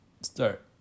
start